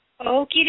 Okie